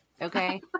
okay